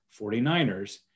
49ers